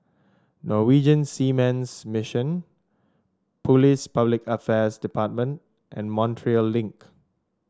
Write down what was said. Norwegian Seamen's Mission Police Public Affairs Department and Montreal Link